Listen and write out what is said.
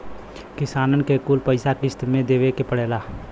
किसानन के कुछ पइसा किश्त मे देवे के पड़ेला